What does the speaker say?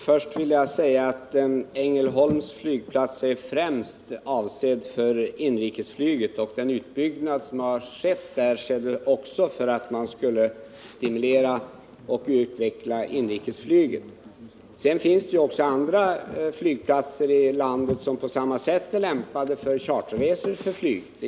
Herr talman! Ängelholms flygplats är främst avsedd för inrikesflyget, och utbyggnaden av den har främst skett för att man skulle utveckla inrikesflyget. Det finns i landet andra flygplatser som är lämpade för charterflyg.